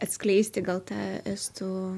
atskleisti gal tą estų